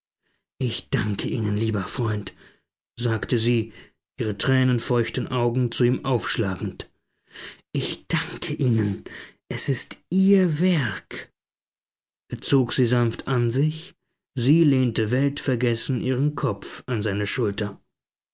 ich danke ihnen lieber freund sagte sie ihre tränenfeuchten augen zu ihm aufschlagend ich danke ihnen es ist ihr werk er zog sie sanft an sich sie lehnte weltvergessen ihren kopf an seine schulter